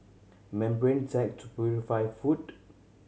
membrane tech to purify food